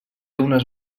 unes